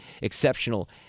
exceptional